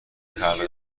حلقه